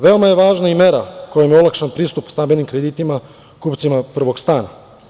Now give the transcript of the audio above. Veoma je važna i mera kojom je olakšan pristup stambenim kreditima kupcima prvog stana.